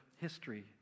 history